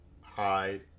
hide